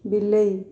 ବିଲେଇ